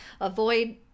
Avoid